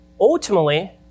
ultimately